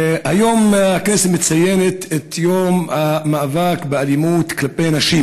היום הכנסת מציינת את יום המאבק באלימות כלפי נשים,